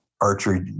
archery